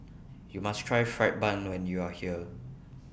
YOU must Try Fried Bun when YOU Are here